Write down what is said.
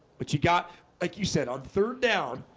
but you got like you said on third down,